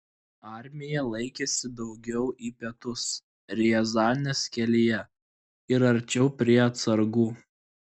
armija laikėsi daugiau į pietus riazanės kelyje ir arčiau prie atsargų